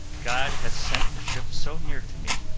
god has sent the ship so near to me,